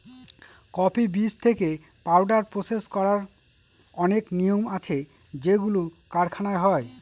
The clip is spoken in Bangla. কফি বীজ থেকে পাউডার প্রসেস করার অনেক নিয়ম আছে যেগুলো কারখানায় হয়